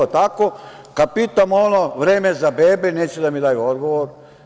Kada pitam ono "Vreme je za bebe", neće da mi daju odgovor.